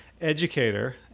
educator